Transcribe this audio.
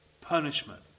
Punishment